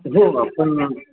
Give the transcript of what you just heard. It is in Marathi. हो आपण